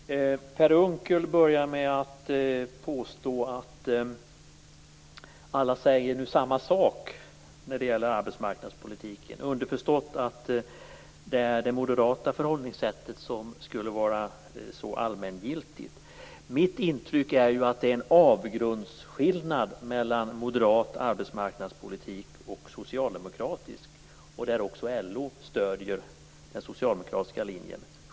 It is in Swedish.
Fru talman! Per Unckel började med att påstå att alla nu säger samma sak när det gäller arbetsmarknadspolitiken, underförstått att det är det moderata förhållningssättet som skulle vara så allmängiltigt. Mitt intryck är ju att det är en avgrundsskillnad mellan moderat arbetsmarknadspolitik och socialdemokratisk, där också LO självklart stöder den socialdemokratiska linjen.